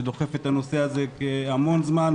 שדוחפת את הנושא הזה המון זמן,